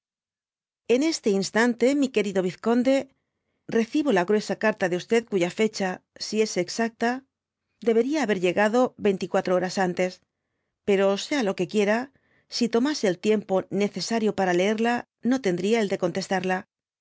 liih este instante mi querido vizconde recibo la gruesa carta de y cuya fecha si es exacta debería haber llegado yeintiquatro horas antes pero sea lo que quiera si tomase el tiempo ne cesario para leerla no tendría el de contestarla asi